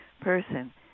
person